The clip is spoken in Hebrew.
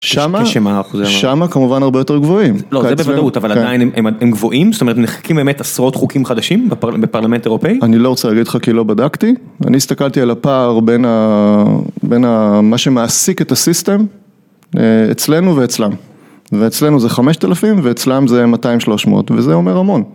שמה כמובן הרבה יותר גבוהים. לא, זה בוודאות, אבל עדיין הם גבוהים? זאת אומרת, נחקקים באמת עשרות חוקים חדשים בפרלמנט אירופאי? אני לא רוצה להגיד לך כי לא בדקתי. אני הסתכלתי על הפער בין מה שמעסיק את הסיסטם אצלנו ואצלם. ואצלנו זה 5,000 ואצלם זה 200-300 וזה אומר המון.